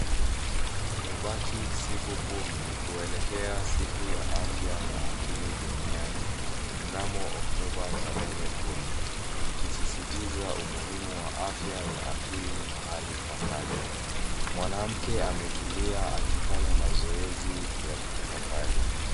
Imebaki siku kumi kuelekea siku ya afya ya akili duniani mnamo Oktoba tarehe kumi, ikisisitiza umuhimu wa afya ya akili mahali pa kazi. Mwanamke ametulia akifanya mazoezi ya kutafakari.